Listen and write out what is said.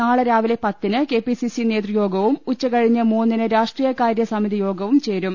നാളെ രാവിലെ പത്തിന് കെ പി സി സി നേതൃയോഗവും ഉച്ച കഴിഞ്ഞ് മൂന്നിന് രാഷ്ട്രീയ കാര്യസമിതി യോഗവും ചേരും